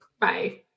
Bye